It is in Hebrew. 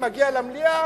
מגיע למליאה,